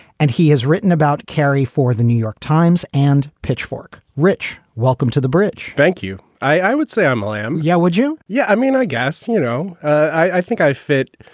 and he has written about carey for the new york times and pitchfork rich. welcome to the bridge thank you. i would say i'm liam. yeah. would you? yeah. i mean, i guess, you know, i think i fit,